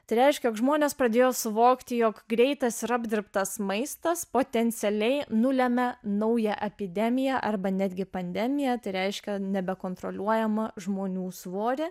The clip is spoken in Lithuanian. tai reiškia jog žmonės pradėjo suvokti jog greitas ir apdirbtas maistas potencialiai nulemia naują epidemiją arba netgi pandemiją tai reiškia nebekontroliuojama žmonių svorio